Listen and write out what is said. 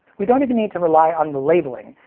we don't even need to rely on the labeling.